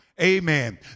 amen